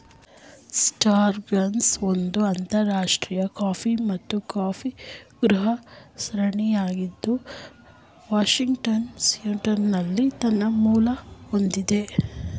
Starbucks ಒಂದು ಅಂತರರಾಷ್ಟ್ರೀಯ coffee ಮತ್ತು ಕಾಫಿಗೃಹ ಸರಣಿಯಾಗಿದ್ದು ವಾಷಿಂಗ್ಟನ್ನ ಸಿಯಾಟಲ್ನಲ್ಲಿ ತನ್ನ ಮೂಲ ಹೊಂದಿದೆ